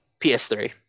ps3